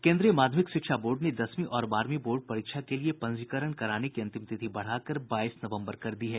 केन्द्रीय माध्यमिक शिक्षा बोर्ड ने दसवीं और बारहवीं बोर्ड परीक्षा के लिए पंजीकरण कराने की अंतिम तिथि बढ़ा कर बाईस नवम्बर कर दी है